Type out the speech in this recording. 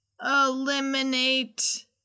Eliminate